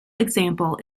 example